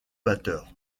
batteur